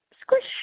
Squish